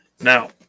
Now